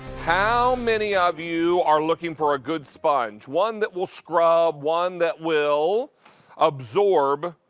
how many of you are looking for a good sponge, one that will scrub, one that will absorb,